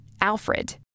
Alfred